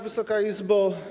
Wysoka Izbo!